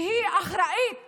שהיא אחראית